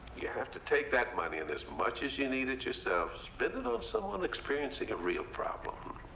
you have to take that money and as much as you need it yourself spend it on someone experiencing a real problem.